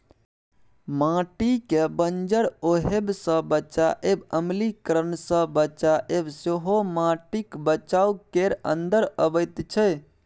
माटिकेँ बंजर होएब सँ बचाएब, अम्लीकरण सँ बचाएब सेहो माटिक बचाउ केर अंदर अबैत छै